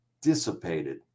dissipated